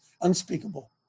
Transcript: unspeakable